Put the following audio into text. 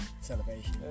celebration